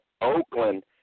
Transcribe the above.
Oakland